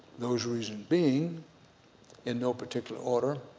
those reasons being in no particular order,